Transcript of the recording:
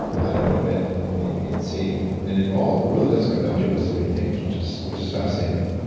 i don't want to admit a, b and c. and it all it really does come down to a list of eight things, which is which is fascinating.